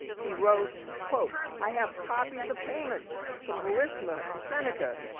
he wrote, quote, i have copies of payments from burisma to seneca,